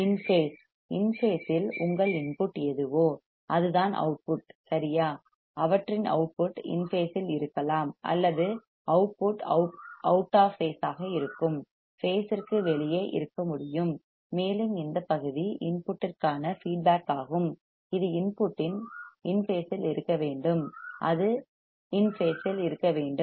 in phase in பேசில் உங்கள் input எதுவோ அதுதான் அவுட்புட் சரியா அவற்றின் அவுட்புட் இன் பேசில் இருக்கலாம் அல்லது அவுட்புட் அவுட் ஆஃப் பேஸாக இருக்கும் பேஸ் ற்கு வெளியே இருக்க முடியும் மேலும் இந்த பகுதி இன்புட்க்கான ஃபீட்பேக் ஆகும் இது இன்புட்டின் இன் பேசில் இருக்க வேண்டும் அது இன் பேசில் இருக்க வேண்டும்